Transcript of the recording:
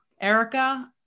Erica